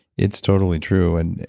it's totally true. and,